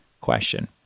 question